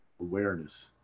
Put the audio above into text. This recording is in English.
awareness